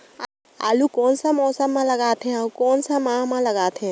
आलू कोन सा मौसम मां लगथे अउ कोन सा माह मां लगथे?